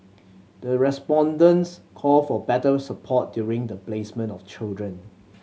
the respondents called for better support during the placement of children